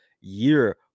year